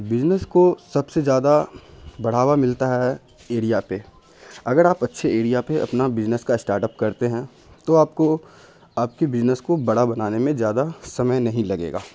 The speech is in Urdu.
بزنس کو سب سے زیادہ بڑھاوا ملتا ہے ایریا پہ اگر آپ اچھے ایریا پہ اپنا بزنس کا اسٹارٹ اپ کرتے ہیں تو آپ کو آپ کی بزنس کو بڑا بنانے میں زیادہ سمے نہیں لگے گا